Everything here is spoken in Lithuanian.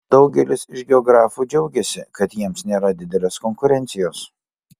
daugelis iš geografų džiaugiasi kad jiems nėra didelės konkurencijos